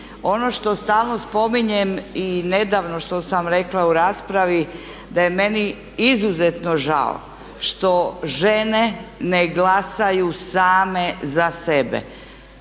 Ono što stalno spominjem i nedavno što sam rekla u raspravi, da je meni izuzetno žao što žene ne glasaju same za sebe.